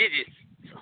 जी जी